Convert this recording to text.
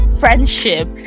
friendship